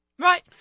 Right